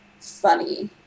funny